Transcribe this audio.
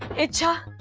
ichha